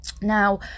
Now